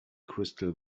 crystal